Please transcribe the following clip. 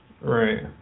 Right